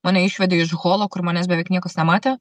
mane išvedė iš holo kur manęs beveik niekas nematė